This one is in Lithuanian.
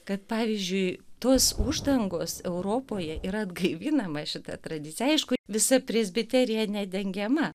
kad pavyzdžiui tos uždangos europoje yra atgaivinama šita tradicija aišku visa presbiterija nedengiama